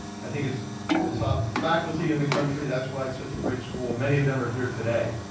i think it's the top faculty in the country. that's why it's such a great school. many of them are here today.